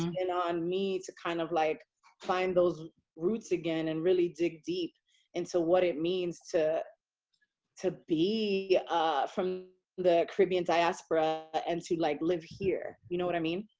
and on me to kind of like find those roots again, and really dig deep into what it means to to be from the caribbean diaspora and to, like, live here, you know what i mean?